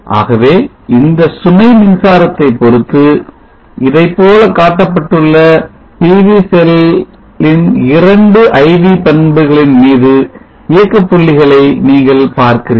ஆகவே இந்த சுமை மின்சாரத்தை பொருத்து இதைப்போல காட்டப்பட்டுள்ளன PV செல்லின் 2 IV பண்புகளின் மீது இயக்கப் புள்ளிகளை நீங்கள் பார்க்கிறீர்கள்